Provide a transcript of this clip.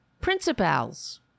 Principals